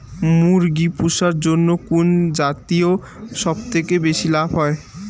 মুরগি পুষার জন্য কুন জাতীয় সবথেকে বেশি লাভ হয়?